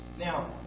Now